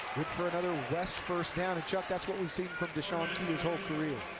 good for another west first down. chuck, that's what we've seen from de'shawn key his whole career.